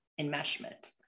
enmeshment